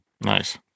Nice